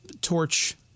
torch